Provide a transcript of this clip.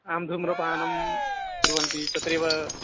आम् धूम्रपानं कुर्वन्ति तथैव